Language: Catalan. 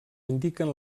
indiquen